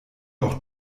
auch